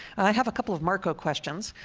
i have a couple of marco questions.